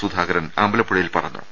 സുധാകരൻ അമ്പലപ്പുഴയിൽ പറഞ്ഞു